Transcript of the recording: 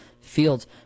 fields